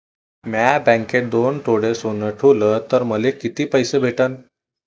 म्या बँकेत दोन तोळे सोनं ठुलं तर मले किती पैसे भेटन